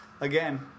Again